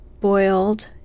boiled